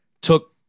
Took